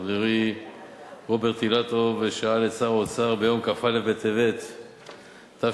חברי רוברט אילטוב שאל את שר האוצר ביום כ"א בטבת תשע"ב,